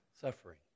Suffering